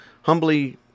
humbly